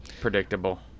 Predictable